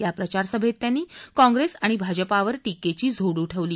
या प्रचारसभेत त्यांनी काँग्रेस आणि भाजपावर टीकेची झोड उठवली